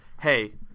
hey